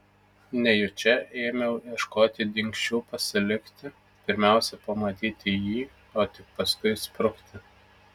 nejučia ėmiau ieškoti dingsčių pasilikti pirmiausia pamatyti jį o tik paskui sprukti